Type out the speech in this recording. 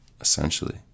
essentially